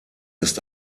ist